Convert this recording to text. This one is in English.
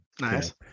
Nice